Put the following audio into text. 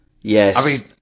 Yes